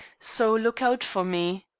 so look out for me.